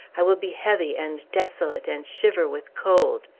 i will be heavy, and desolate, and shiver with cold!